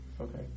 Okay